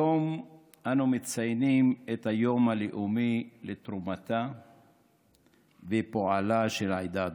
היום אנו מציינים את היום הלאומי לתרומתה ופועלה של העדה הדרוזית.